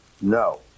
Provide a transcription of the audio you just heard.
No